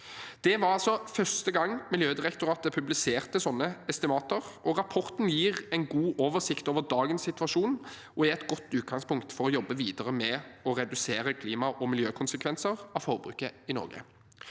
Det var altså første gang Miljødirektoratet publiserte slike estimater. Rapporten gir en god oversikt over dagens situasjon og er et godt utgangpunkt for å jobbe videre med å redusere klima- og miljøkonsekvenser av forbruket i Norge.